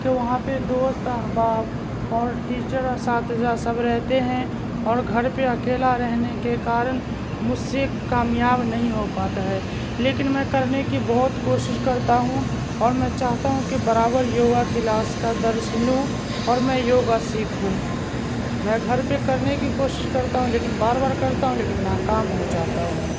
کہ وہاں پہ دوست احباب اور ٹیچر اساتذہ سب رہتے ہیں اور گھر پہ اکیلا رہنے کے کارن مجھ سے کامیاب نہیں ہو پاتا ہے لیکن میں کرنے کی بہت کوشش کرتا ہوں اور میں چاہتا ہوں کہ برابر یوگا کلاس کا درس لوں اور میں یوگا سیکھوں میں گھر پہ کرنے کی کوشش کرتا ہوں لیکن بار بار کرتا ہوں لیکن ناکام ہوجاتا ہوں